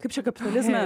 kaip čia kapitalizme